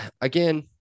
Again